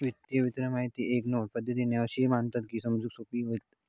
वित्तीय विवरण माहिती एक नीट पद्धतीन अशी मांडतत की समजूक सोपा होईत